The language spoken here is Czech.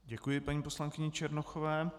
Děkuji paní poslankyni Černochové.